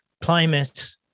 climate